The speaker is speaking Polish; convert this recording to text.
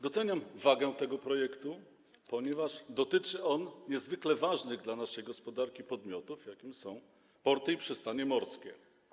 Doceniam wagę tego projektu, ponieważ dotyczy on niezwykle ważnych dla naszej gospodarki podmiotów, jakimi są porty i przystanie morskie.